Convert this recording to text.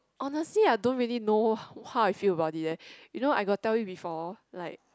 honestly I don't really know how how I feel about it eh you know I got tell you before like